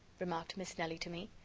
remarked miss nelly to me.